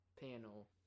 panel